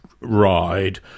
ride